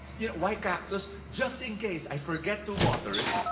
you know why cactus? just in case i forget to water it,